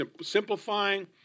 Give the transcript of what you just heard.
simplifying